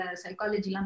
psychology